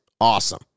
awesome